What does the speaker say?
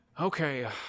Okay